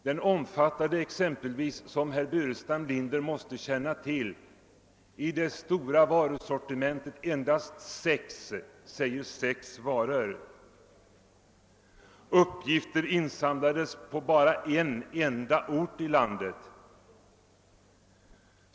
Den omfattade exempelvis, som herr Burenstam Linder måste känna till, endast sex, säger sex, varor i det stora varusortimentet. Uppgifter insamlades på bara en enda ort i landet.